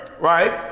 right